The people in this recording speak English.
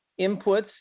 inputs